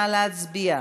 נא להצביע.